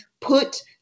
put